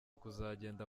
kuzagenda